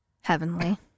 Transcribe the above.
heavenly